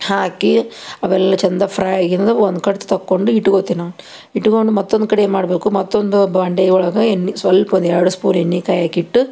ಹಾಕಿ ಅವೆಲ್ಲ ಚಂದ ಫ್ರೈ ಆಗಿರೋದ ಒಂದು ಕಡ್ತ ತೊಕೊಂಡು ಇಟ್ಕೊತೀನಿ ನಾನು ಇಟ್ಟುಕೊಂಡು ಮತ್ತೊಂದು ಕಡೆ ಏನು ಮಾಡಬೇಕು ಮತ್ತೊಂದು ಬಾಂಡೆ ಒಳಗೆ ಎಣ್ಣೆ ಸ್ವಲ್ಪ ಒಂದೆರಡು ಸ್ಪೂನ್ ಎಣ್ಣೆ ಕಾಯಕ್ಕಿಟ್ಟು